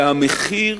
והמחיר